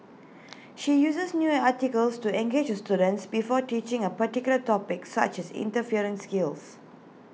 she uses news articles to engage her students before teaching A particular topic such as interference skills